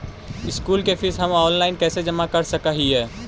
School के fees हम online कैसे जमा कर सक हिय?